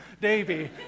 Davey